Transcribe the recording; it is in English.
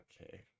Okay